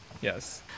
Yes